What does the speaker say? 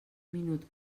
minut